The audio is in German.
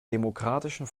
demokratischen